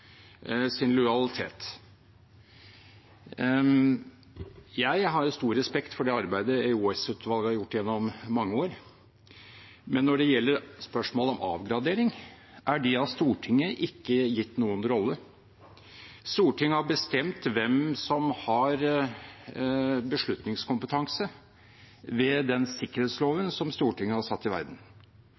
sin lojalitet. Jeg har stor respekt for det arbeidet EOS-utvalget har gjort gjennom mange år, men når det gjelder spørsmål om avgradering, er de av Stortinget ikke gitt noen rolle. Stortinget har bestemt hvem som har beslutningskompetanse, ved den sikkerhetsloven som Stortinget har satt til verden.